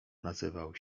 nazywał